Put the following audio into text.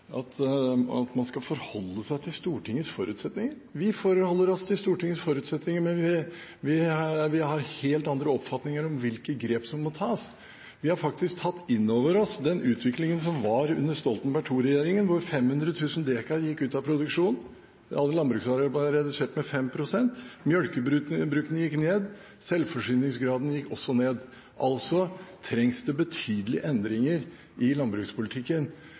sagt at man skal forholde seg til Stortingets forutsetninger. Vi forholder oss til Stortingets forutsetninger, men vi har helt andre oppfatninger om hvilke grep som må tas. Vi har faktisk tatt inn over oss den utviklingen som var under Stoltenberg II-regjeringen, hvor 500 000 dekar gikk ut av produksjon, landbruksarealet ble redusert med 5 pst., antall melkebruk gikk ned, og selvforsyningsgraden gikk også ned. Altså trengs det betydelige endringer i landbrukspolitikken.